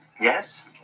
Yes